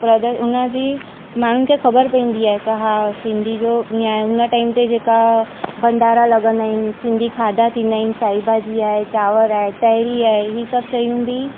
अगरि उनजी माण्हुनि खे ख़बर पवंदी आहे की हा सिंधी जो इअं आहे हुन टाइम ते जेका भंडारा लॻंदा आहिनि सिंधी खाधा थिंदा आहिनि साई भाजी आहे चांवर आहे तइरी आहे इहे सभु शयूं बि